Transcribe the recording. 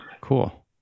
Cool